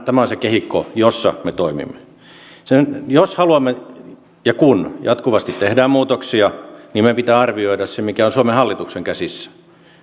tämä on se kehikko jossa me toimimme jos ja kun haluamme jatkuvasti tehdään muutoksia niin meidän pitää arvioida se mikä on suomen hallituksen käsissä